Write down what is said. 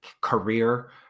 career